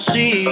See